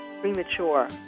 premature